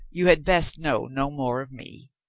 you had best know no more of me.